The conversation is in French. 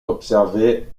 observer